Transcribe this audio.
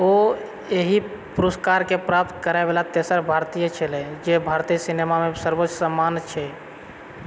ओ एहि पुरस्कारकेँ प्राप्त करएवला तेसर भारतीय छलाह जे भारतीय सिनेमामे सर्वोच्च सम्मान अछि